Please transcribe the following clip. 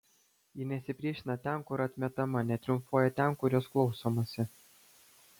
ji nesipriešina ten kur atmetama netriumfuoja ten kur jos klausomasi